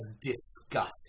disgusting